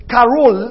Carol